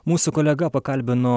mūsų kolega pakalbino